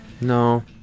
No